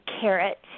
carrot